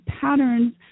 patterns